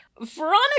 Veronica